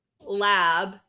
lab